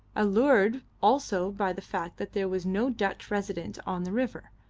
allured also by the fact that there was no dutch resident on the river,